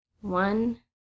One